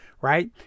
Right